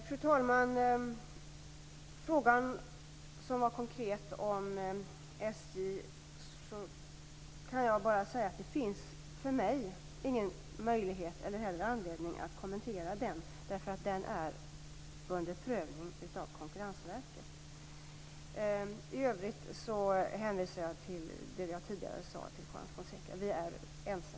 Fru talman! På den konkreta frågan om SJ kan jag bara säga att det inte finns någon möjlighet eller anledning för mig att kommentera den, därför att den är under prövning i Konkurrensverket. I övrigt hänvisar jag till det jag tidigare sade till Juan Fonseca. Vi är ense.